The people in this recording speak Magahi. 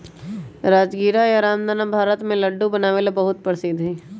राजगीरा या रामदाना भारत में लड्डू बनावे ला बहुत प्रसिद्ध हई